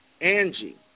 Angie